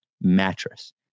mattress